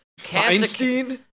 Feinstein